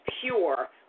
pure